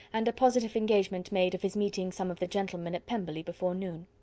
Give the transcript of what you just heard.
and a positive engagement made of his meeting some of the gentlemen at pemberley before noon.